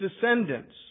descendants